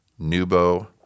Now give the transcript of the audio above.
Nubo